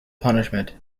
punishment